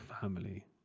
family